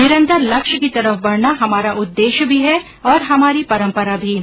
निरंतर लक्ष्य की तरफ बढ़ना हमारा उद्देश्य भी है और हेमारी परम्परा भी है